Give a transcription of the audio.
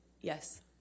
Yes